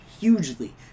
hugely